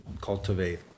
cultivate